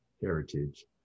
heritage